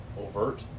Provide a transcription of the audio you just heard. overt